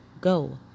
Go